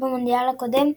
במונדיאל הקודם,